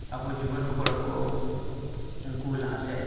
ᱟᱵᱚ ᱡᱩᱣᱟᱹᱱ ᱠᱚᱲᱟ ᱠᱚ ᱩᱱᱠᱩ ᱞᱟᱦᱟ ᱥᱮᱫ